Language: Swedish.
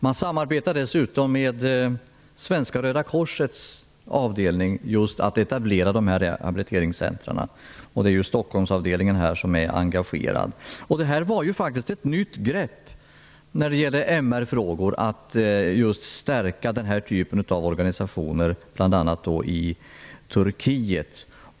Man samarbetar dessutom med Svenska röda korsets avdelning när det just gäller att etablera dessa rehabiliteringscentrum. Det är Stockholmsavdelningen som är engagerad. Det var faktiskt ett nytt grepp när det gäller MR-frågor att stärka den här typen av organisationer bl.a. i Turkiet.